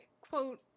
quote